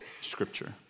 Scripture